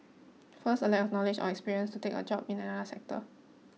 first a lack of knowledge or experience to take a job in another sector